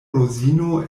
rozino